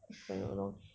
if I not wrong